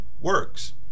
works